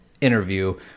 interview